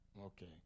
Okay